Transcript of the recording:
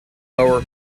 lower